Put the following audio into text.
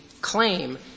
claim